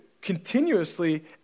continuously